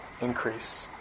increase